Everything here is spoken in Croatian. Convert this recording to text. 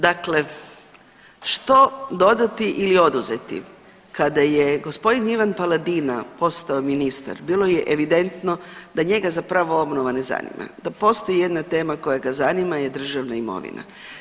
Dakle, što dodati ili oduzeti, kada je g. Paladina postao ministar bilo je evidentno da njega zapravo obnova ne zanima, da postoji jedna tema koja ga zanima je državna imovina.